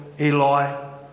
Eli